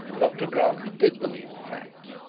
dr grantly did believe the fact.